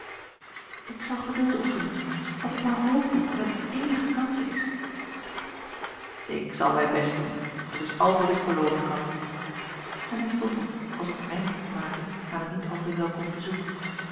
ik zal geduld oefenen als ik maar hoop heb dat er eenige kans is ik zal mijn best doen dat is al wat ik beloven kan en hij stond op als om een einde te maken aan een niet al te welkom bezoek